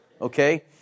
okay